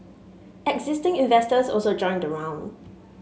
existing investors also joined the round